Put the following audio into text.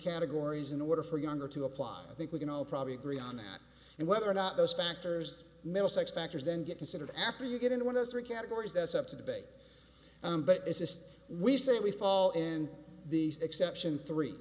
categories in order for younger to apply think we can all probably agree on that and whether or not those factors middlesex factors then get considered after you get in one of those three categories that's up to debate but it is as we said we fall in the exception three